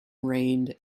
rained